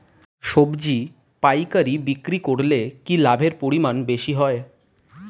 সবজি পাইকারি বিক্রি করলে কি লাভের পরিমাণ বেশি হয়?